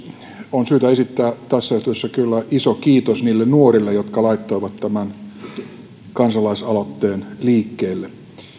on syytä esittää tässä yhteydessä kyllä iso kiitos niille nuorille jotka laittoivat tämän kansalaisaloitteen liikkeelle